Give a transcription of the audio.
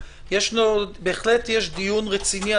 בהחלט יש דיון רציני.